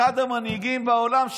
אחד המנהיגים בעולם,